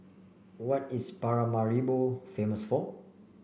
what is Paramaribo famous for